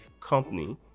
company